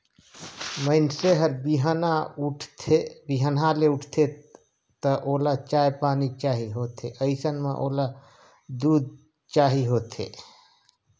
मइनसे हर बिहनहा ले उठथे त ओला चाय पानी चाही होथे अइसन म ओला दूद चाही होथे